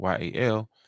yal